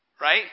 Right